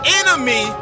enemy